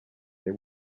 they